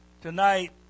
Tonight